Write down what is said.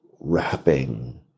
wrapping